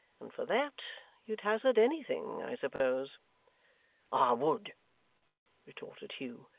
and for that, you'd hazard anything, i suppose i would retorted hugh,